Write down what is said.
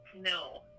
No